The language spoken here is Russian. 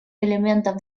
элементом